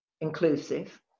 inclusive